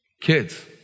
Kids